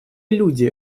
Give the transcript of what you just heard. люди